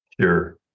Sure